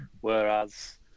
Whereas